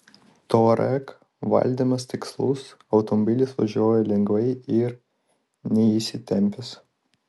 touareg valdymas tikslus automobilis važiuoja lengvai ir neįsitempęs